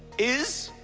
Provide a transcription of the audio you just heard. is.